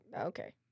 okay